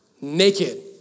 naked